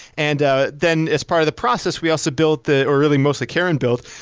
and ah then as part of the process, we also built the or really, mostly karen built,